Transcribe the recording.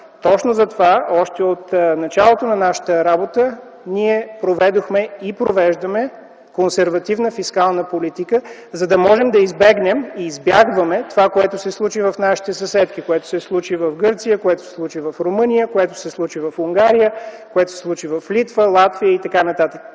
Точно затова още от началото на нашата работа ние проведохме и провеждаме консервативна фискална политика, за да можем да избегнем и избягваме това, което се случи в нашите съседки, което се случи в Гърция, което се случи в Румъния, което се случи в Унгария, което се случи в Литва, Латвия и така